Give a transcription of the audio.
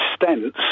stents